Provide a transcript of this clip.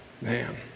Man